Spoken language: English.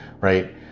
right